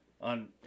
On